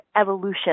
evolution